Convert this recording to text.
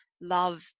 love